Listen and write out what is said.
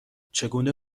چگونه